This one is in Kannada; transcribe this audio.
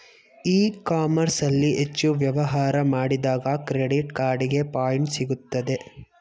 ಇ ಕಾಮರ್ಸ್ ಅಲ್ಲಿ ಹೆಚ್ಚು ವ್ಯವಹಾರ ಮಾಡಿದಾಗ ಕ್ರೆಡಿಟ್ ಕಾರ್ಡಿಗೆ ಪಾಯಿಂಟ್ಸ್ ಸಿಗುತ್ತದೆ